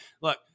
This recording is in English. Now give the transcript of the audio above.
look